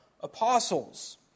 apostles